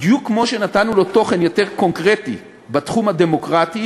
בדיוק כמו שנתנו לו תוכן יותר קונקרטי בתחום הדמוקרטי,